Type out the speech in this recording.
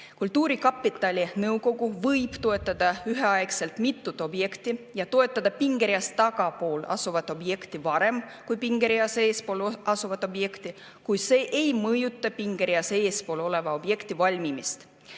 Kultuurkapitali nõukogu võib toetada üheaegselt mitut objekti ja toetada pingereas tagapool asuvat objekti varem kui pingereas eespool asuvat objekti, kui see ei mõjuta pingereas eespool oleva objekti valmimist.